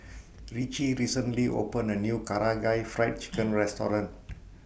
Richie recently opened A New Karaage Fried Chicken Restaurant